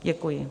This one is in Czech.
Děkuji.